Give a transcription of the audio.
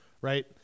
Right